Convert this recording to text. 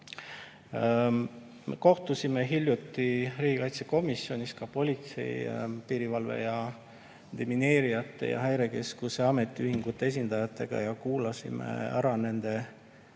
Kohtusime hiljuti riigikaitsekomisjonis politsei ja piirivalve, demineerijate ning Häirekeskuse ametiühingute esindajatega ja kuulasime ära nende mured